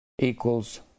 equals